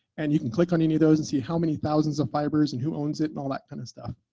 and you can click on any of those and see how many thousands of fibers and who owns it and all that kind of stuff.